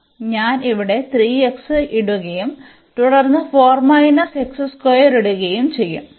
അതിനാൽ ഞാൻ അവിടെ 3x ഇടുകയും തുടർന്ന് ഇടുകയും ചെയ്യും